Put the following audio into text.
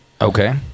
Okay